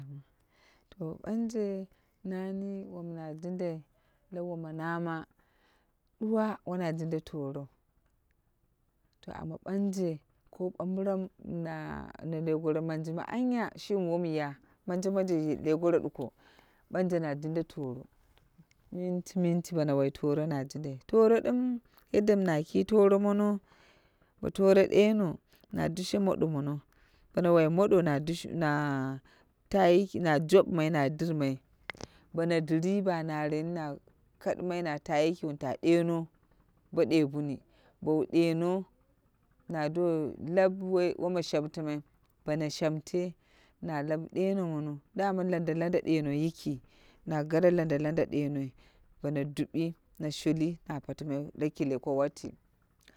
To banje nani wom na jindai la woma nama duwa wona jinda torou. To amma banje ko bambiram, na na le goro manjima anya shimi wom ya manjo manjo she le goro duko. Banje na jinda toro. Minti minti bono wai toro na jindai. Toro dim yadda na ki toro mono bo toro deno na dushe moɗo kono. Bono wai moɗo na dushe na ta yiki na jobumai na dirmai. Bono diri ba naneni na kadimai na ta yiki wun ta ɗeno bo ɗe buni bow deno na do lau woma shamtima bono shamte na lau deno mono dama landa landa ɗenoi yi8ki na gare landa landa ɗenoi bono dubi na shuli na patimai la kile ko wati.